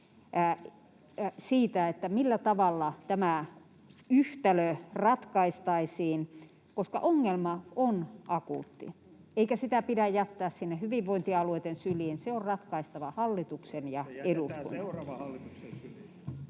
siitä, millä tavalla tämä yhtälö ratkaistaisiin, koska ongelma on akuutti eikä sitä pidä jättää sinne hyvinvointialueiden syliin — se on hallituksen ja eduskunnan ratkaistava. [Ben